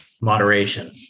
moderation